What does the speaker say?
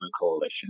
Coalition